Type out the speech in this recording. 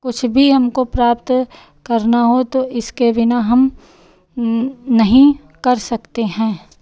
कुछ भी हमको प्राप्त करना हो तो इसके बिना हम नहीं कर सकते हैं